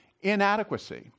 inadequacy